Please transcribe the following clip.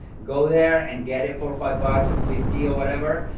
go there and get it for five bucks or fifty or whatever.